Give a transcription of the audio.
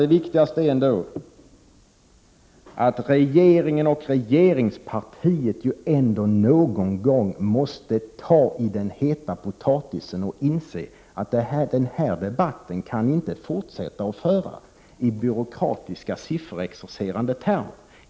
Det viktigaste är ändå att regeringen och regeringspartiet någon gång måste ta i den heta potatisen och inse att de inte kan fortsätta att föra den här debatten i byråkratiska, sifferexercerande termer.